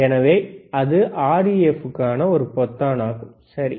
எனவே அது REF க்கான ஒரு பொத்தானாகும் சரி